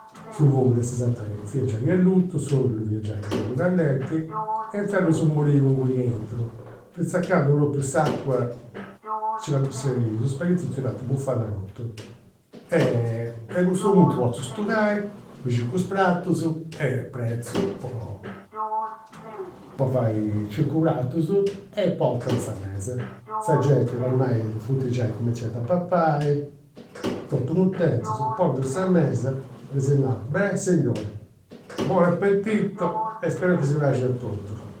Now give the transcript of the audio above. Su fogu de sa sataina fiat giai allutu, s'ollu fiat giai bellu callenti e inzadus ddus morigu inguni aintru, finzas a candu propriu s'acua is spaghitus nci dd'ant bufada totu. A cussu puntu potzu studai, mi circu is pratus e pretzu po po fai cincu pratus e portu in sa mesa. Sa genti ormai funt giai cuminzendi a papai, totus cuntentus, pongiu in sa mesa, ddis nau, beh signori, buon appetito e spereus chi si praxia totu